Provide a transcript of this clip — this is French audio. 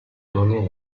donnait